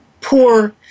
poor